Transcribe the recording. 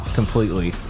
completely